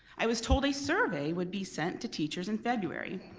i was told a survey would be sent to teachers in february.